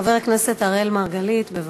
חבר הכנסת אראל מרגלית, בבקשה.